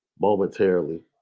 momentarily